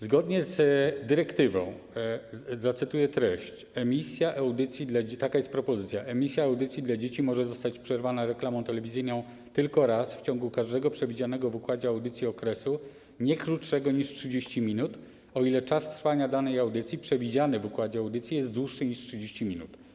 Zgodnie z dyrektywą, zacytuję treść, taka jest propozycja: Emisja audycji dla dzieci może zostać przerwana reklamą telewizyjną tylko raz w ciągu każdego przewidzianego w układzie audycji okresu nie krótszego niż 30 minut, o ile czas trwania danej audycji przewidziany w układzie audycji jest dłuższy niż 30 minut.